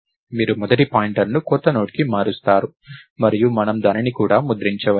మీరు మొదటి పాయింటర్ను కొత్తనోడ్కి మారుస్తారు మరియు మనము దానిని కూడా ముద్రించవచ్చు